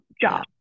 Job